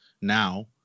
now